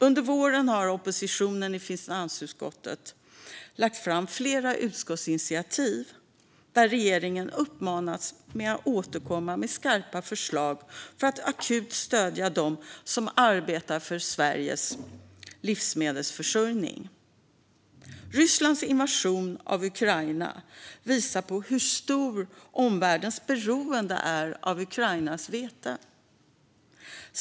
Under våren har oppositionen i finansutskottet lagt fram flera utskottsinitiativ, där regeringen uppmanats att återkomma med skarpa förslag för att akut stödja dem som arbetar för Sveriges livsmedelsförsörjning. Rysslands invasion av Ukraina visar hur stort omvärldens beroende är av Ukrainas vete.